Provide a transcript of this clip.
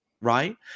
right